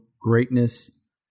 greatness